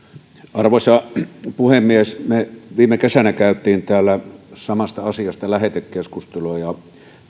arvoisa puhemies me viime kesänä kävimme täällä samasta asiasta lähetekeskustelua ja